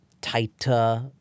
tighter